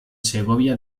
segovia